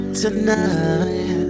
tonight